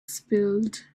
spilled